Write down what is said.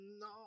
no